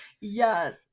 yes